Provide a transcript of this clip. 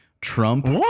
Trump